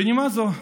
בנימה זו,